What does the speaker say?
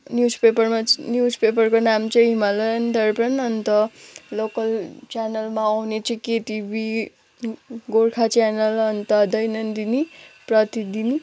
news पेपरमा च news paper नाम चाहिँ हिमालयन दर्पण अन्त लोकल च्यानलमा आउने चाहिँ केटिभी गोर्खा च्यानल अन्त दैनन्दिनी प्रतिदिनी